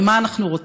ומה אנחנו רוצות?